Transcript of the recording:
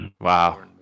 Wow